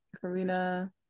karina